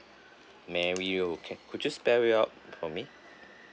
mary yeo okay could you spell it out for me